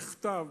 בכתב,